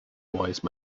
wise